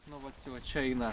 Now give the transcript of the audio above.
nu va tai va čia eina